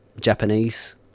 Japanese